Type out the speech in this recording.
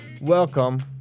Welcome